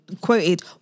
Quoted